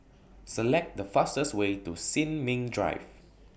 Select The fastest Way to Sin Ming Drive